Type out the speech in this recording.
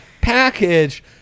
package